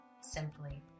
simply